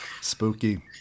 Spooky